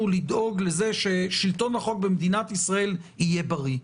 התפקיד שלנו הוא לדאוג לזה ששלטון החוק במדינת ישראל יהיה בריא.